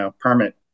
permit